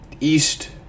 east